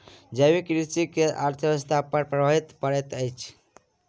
जैविक कृषि के अर्थव्यवस्था पर प्रभाव पड़ैत अछि